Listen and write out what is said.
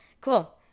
Cool